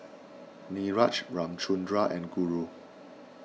Niraj Ramchundra and Guru